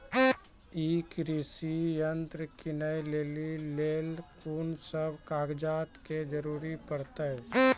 ई कृषि यंत्र किनै लेली लेल कून सब कागजात के जरूरी परतै?